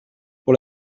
pour